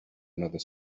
another